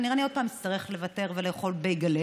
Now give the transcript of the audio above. כנראה אני עוד פעם אצטרך לוותר ולאכול בייגלה.